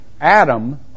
Adam